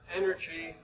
energy